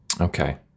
Okay